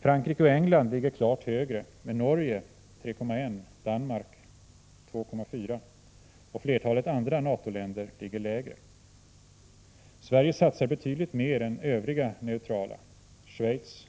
Frankrike och England ligger klart högre, men Norge , Danmark och flertalet andra NATO-länder ligger lägre. Sverige satsar betydligt mer än övriga neutrala: Schweiz ,